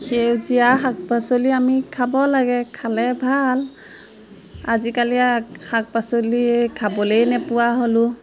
সেউজীয়া শাক পাচলি আমি খাব লাগে খালে ভাল আজিকালি শাক পাচলি খাবলেই নোপোৱা হ'লোঁ